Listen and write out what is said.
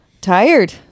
tired